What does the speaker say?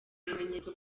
ibimenyetso